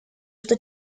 что